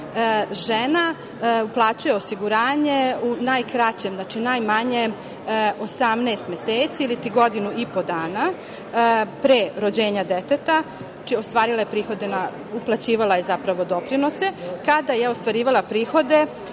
žena uplaćuje osiguranje u najkraćem, znači najmanje, 18 meseci iliti godinu i po dana pre rođenja deteta. Znači, ostvarila je prihode, uplaćivala je zapravo doprinose, kada je ostvarivala prihode